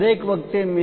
દર વખતે મી